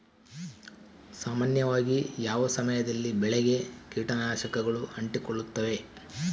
ಸಾಮಾನ್ಯವಾಗಿ ಯಾವ ಸಮಯದಲ್ಲಿ ಬೆಳೆಗೆ ಕೇಟನಾಶಕಗಳು ಅಂಟಿಕೊಳ್ಳುತ್ತವೆ?